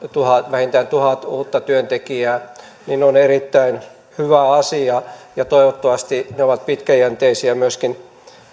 vähintään tuhat uutta työntekijää on erittäin hyvä asia toivottavasti ne hankkeet ovat pitkäjänteisiä myöskin